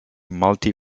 multi